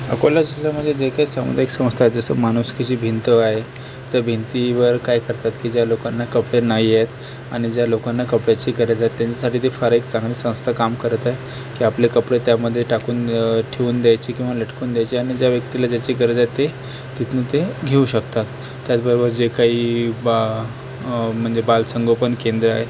अकोला जिल्ह्यामध्ये जे काही सामुदायिक संस्था आहेत जसं माणुसकीची भिंत आहे त्या भिंतीवर काय करतात की ज्या लोकांना कपडे नाही आहेत आणि ज्या लोकांना कपड्याची गरज आहे त्यांच्यासाठी ती फार एक चांगली संस्था काम करत आहे की आपले कपडे त्यामध्ये टाकून ठेवून द्यायची किंवा लटकवून द्यायची आणि ज्या व्यक्तीला ज्याची गरज आहे ते तिथून ते घेऊ शकतात त्याचबरोबर जे काही बा म्हणजे बालसंगोपन केंद्र आहेत